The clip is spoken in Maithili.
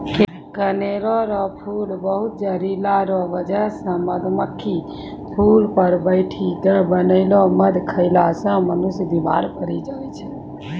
कनेर रो फूल बहुत जहरीला रो बजह से मधुमक्खी फूल पर बैठी के बनैलो मध खेला से मनुष्य बिमार पड़ी जाय छै